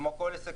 כמו כל עסק,